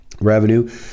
revenue